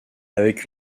avec